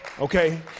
Okay